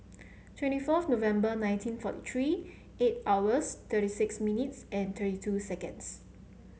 twenty four November nineteen forty three eight hours thirty six minutes and thirty two seconds